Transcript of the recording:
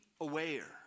aware